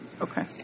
okay